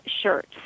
Shirts